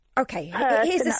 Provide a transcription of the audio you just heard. Okay